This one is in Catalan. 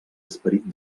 esperit